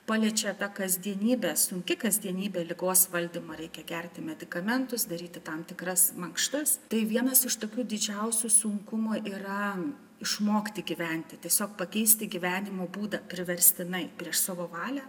paliečia tą kasdienybę sunki kasdienybė ligos valdymą reikia gerti medikamentus daryti tam tikras mankštas tai vienas iš tokių didžiausių sunkumų yra išmokti gyventi tiesiog pakeisti gyvenimo būdą priverstinai prieš savo valią